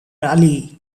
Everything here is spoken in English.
ali